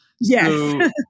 Yes